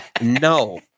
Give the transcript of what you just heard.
No